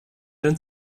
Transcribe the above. den